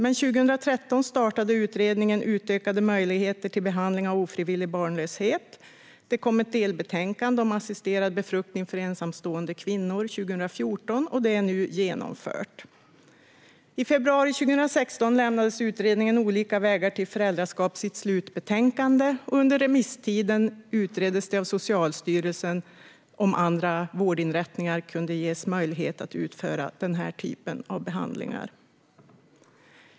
År 2013 startade utredningen Utökade möjligheter till behandling av ofrivillig barnlöshet. Det kom ett delbetänkande om assisterad befruktning för ensamstående kvinnor 2014, och det här är nu genomfört. I februari 2016 lämnades utredningen Olika vägar till föräldraskap sitt slutbetänkande, och under remisstiden utredde Socialstyrelsen om andra vårdinrättningar kunde ges möjlighet att utföra den typen av behandlingar.